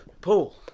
Paul